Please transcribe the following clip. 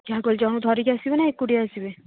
ଯାହାକୁ ହେଲେ ଜଣଙ୍କୁ ଧରିକି ଆସିବି ନା ଏକୁଟିଆ ଆସିବି